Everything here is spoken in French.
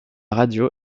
radio